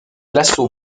l’assaut